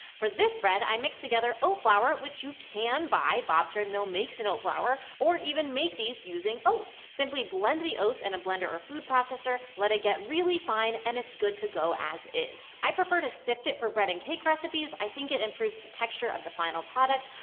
for this bread, i mix together oat flour, which you can buy, bob's red and mill makes an oat flour, or even make these using oats. simply blend the oats in and a blender or food processor, let it get really fine and it's good to go as is. i prefer to sift it for bread and cake recipes. i think it improves the texture of the final product,